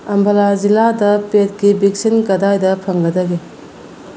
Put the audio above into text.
ꯑꯝꯕꯥꯂꯥ ꯖꯤꯂꯥꯗ ꯄꯦꯠꯀꯤ ꯕꯦꯛꯁꯤꯟ ꯀꯗꯥꯏꯗ ꯐꯪꯒꯗꯒꯦ